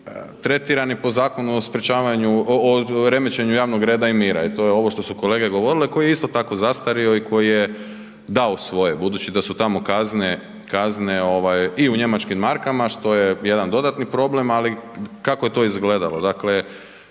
tretirani po zakonu o sprječavanju, remećenju javnog reda i mira i to je ovo što su kolege govorile, koji je isto tako zastario i koji je dao svoje budući da su tamo kazne i u njemačkim markama, što je jedan dodatni problem, ali kako je to izgledalo. Dakle,